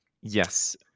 Yes